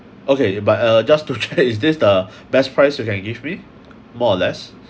okay but uh just to check is this the best price you can give me more or less